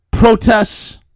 Protests